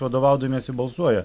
vadovaudamiesi balsuoja